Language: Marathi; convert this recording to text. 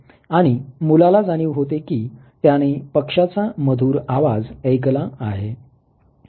आणि मुलाला जाणीव होते की त्याने पक्षाचा मधुर आवाज ऐकला आहे